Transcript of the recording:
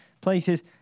places